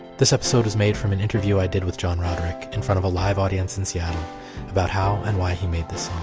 this episode is made from an interview i did with john roderick in front of a live audience in seattle about how and why he made this